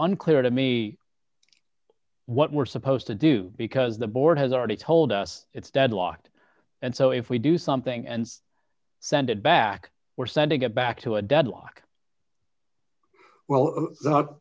unclear to me what we're supposed to do because the board has already told us it's deadlocked and so if we do something and send it back we're sending it back to a deadlock well not